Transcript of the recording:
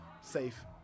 safe